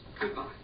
Goodbye